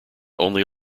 only